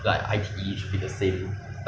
orh M_S Teams 是怎样怎样用